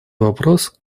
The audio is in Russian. вопрос